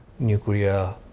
nuclear